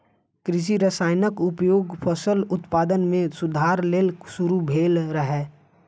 कृषि रसायनक उपयोग फसल उत्पादन मे सुधार लेल शुरू भेल रहै